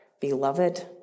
beloved